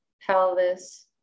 pelvis